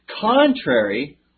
contrary